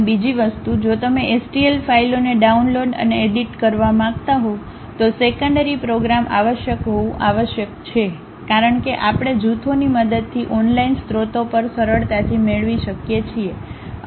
અને બીજી વસ્તુ જો તમે એસટીએલ ફાઇલોને ડાઉનલોડ અને એડિટ કરવા માંગતા હો તો સેકન્ડરી પ્રોગ્રામ આવશ્યક હોવું આવશ્યક છે કારણ કે આપણે જૂથોની મદદથી ઓનલાઇન સ્રોતો પર સરળતાથી મેળવી શકીએ છીએ